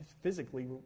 physically